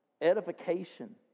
Edification